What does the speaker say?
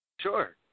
Sure